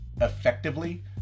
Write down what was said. effectively